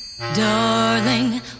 darling